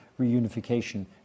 reunification